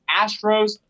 Astros